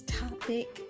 topic